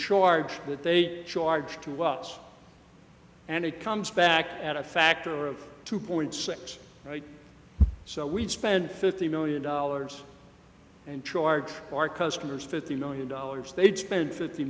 charge that they charge to us and it comes back at a factor of two point six so we spend fifty million dollars and charge our customers fifty million dollars they'd spend fifty